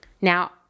Now